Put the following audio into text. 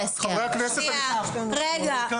תמיר,